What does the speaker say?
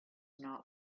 not